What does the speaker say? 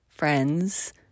friends